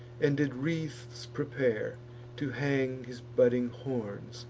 and did wreaths prepare to hang his budding horns,